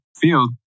field